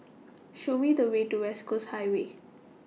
Show Me The Way to West Coast Highway